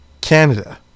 Canada